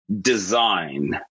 design